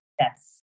Yes